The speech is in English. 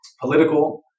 political